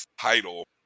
title